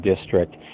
district